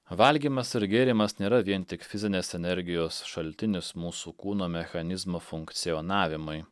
valgymas ir gėrimas nėra vien tik fizinės energijos šaltinis mūsų kūno mechanizmo funkcionavimui